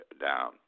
down